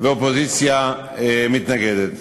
והאופוזיציה מתנגדת.